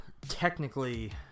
technically